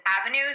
avenues